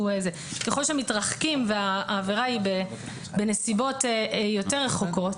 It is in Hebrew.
ככל שמתרחקים והעבירה היא בנסיבות יותר רחוקות,